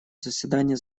заседание